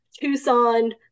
Tucson